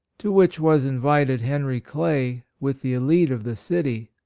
to which was invited henry clay, with the elite of the city.